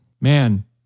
Man